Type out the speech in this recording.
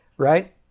Right